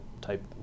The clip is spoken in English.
type